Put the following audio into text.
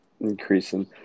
Increasing